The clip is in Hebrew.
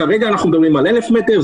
כרגע אנחנו מדברים על 1,000 מטר,